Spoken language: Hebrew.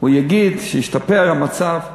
והוא יגיד שהשתפר המצב.